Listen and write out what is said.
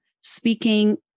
speaking